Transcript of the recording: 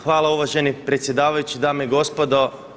Hvala uvaženi predsjedavajući, dame i gospodo.